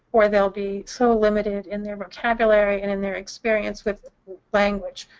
or they'll be so limited in their vocabulary and and their experience with language.